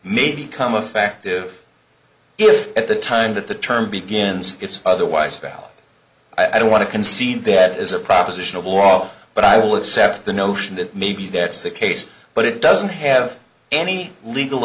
may become affective if at the time that the term begins it's otherwise about i don't want to concede that is a proposition of all but i will accept the notion that maybe that's the case but it doesn't have any legal